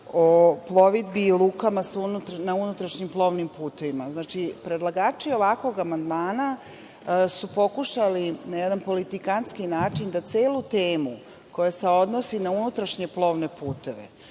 o plovidbi i lukama na unutrašnjim plovnim putevima. Znači, predlagači ovakvog amandmana su pokušali na jedan politikantski način da celu temu koja se odnosi na unutrašnje plovne puteve,